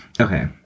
Okay